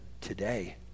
today